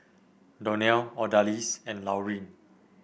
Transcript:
Donell Odalys and Laureen